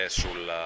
sul